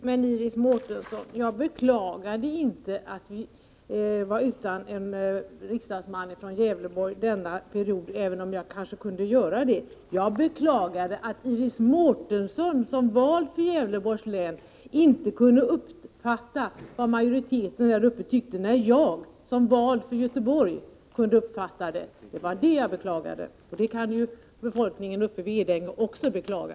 Herr talman! Men Iris Mårtensson! Jag beklagade inte att folkpartiet denna period är utan en riksdagsman från Gävleborg, även om jag kanske kunde göra det — jag beklagade att Iris Mårtensson, som vald för Gävleborgs län, inte kunde uppfatta vad majoriteten där uppe tycker när jag, som är vald för Göteborg, kan uppfatta det. Det var det jag beklagade, och det kan också befolkningen uppe vid Edänge beklaga.